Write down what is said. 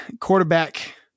quarterback